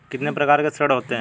कितने प्रकार के ऋण होते हैं?